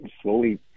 slowly